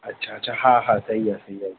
अच्छा अच्छा हा हा सही आहे सही आहे